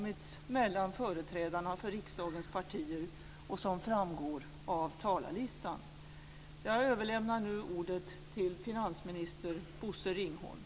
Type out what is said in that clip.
Vi hedrar förre talmannen Ingemund Bengtsson med en stund av tystnad.